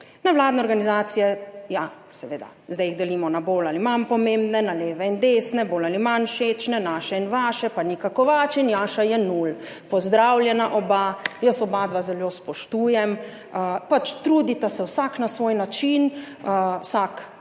Nevladne organizacije, ja, seveda, zdaj jih delimo na bolj ali manj pomembne, na leve in desne, bolj ali manj všečne, naše in vaše, pa Nika Kovač in Jaša Jenull. Pozdravljena oba. Jaz oba dva zelo spoštujem, pač trudita se vsak na svoj način, vsak pač